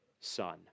Son